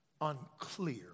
unclear